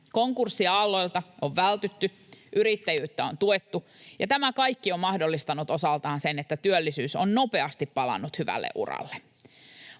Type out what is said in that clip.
Konkurssiaalloilta on vältytty, yrittäjyyttä on tuettu, ja tämä kaikki on mahdollistanut osaltaan sen, että työllisyys on nopeasti palannut hyvälle uralle.